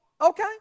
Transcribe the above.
Okay